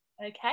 Okay